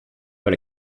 but